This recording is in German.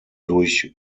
durch